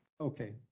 okay